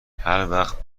هروقت